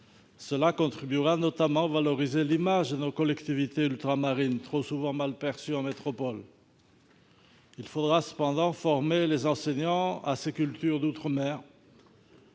Cela contribuera notamment à valoriser l'image de nos collectivités ultramarines, trop souvent mal perçues en métropole. Il faudra cependant former les enseignants à ces cultures. Pourriez-vous,